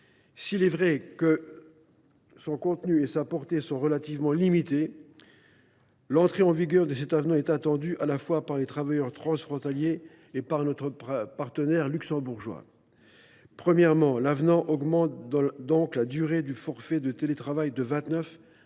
S’il est vrai que son contenu et sa portée sont relativement limités, son entrée en vigueur est attendue, à la fois par les travailleurs transfrontaliers et par notre partenaire luxembourgeois. Premièrement, l’avenant augmente donc la durée du forfait de télétravail de 29 à